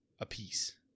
apiece